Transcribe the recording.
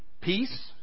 Peace